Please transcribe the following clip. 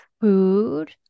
food